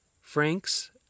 Franks